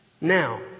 Now